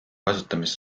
kasutamise